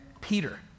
Peter